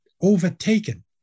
overtaken